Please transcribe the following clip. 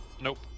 Nope